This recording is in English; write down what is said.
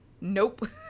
Nope